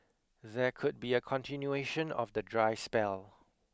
there could be a continuation of the dry spell